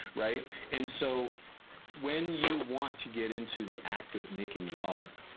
right? and so when you want to get into the act of making love,